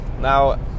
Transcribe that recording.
Now